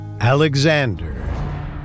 Alexander